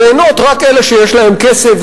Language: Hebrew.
ליהנות רק אלה שיש להם כסף,